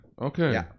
Okay